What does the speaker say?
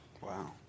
Wow